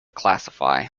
classify